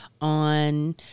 on